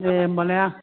दे होनबालाय आं